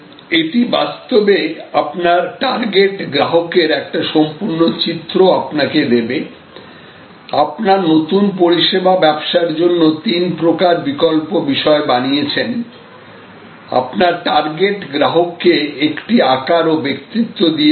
এটি বাস্তবে আপনার টার্গেট গ্রাহকের একটা সম্পূর্ণ চিত্র আপনাকে দেবে আপনার নতুন পরিষেবা ব্যবসার জন্য তিন প্রকার বিকল্প বিষয় বানিয়েছেন আপনার টার্গেট গ্রাহককে একটি আকার ও ব্যক্তিত্ব দিয়েছেন